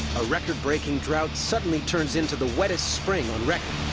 a record-breaking drought suddenly turns into the wettest spring on record.